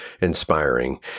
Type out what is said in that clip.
inspiring